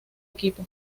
equipo